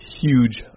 huge